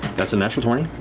that's a natural twenty.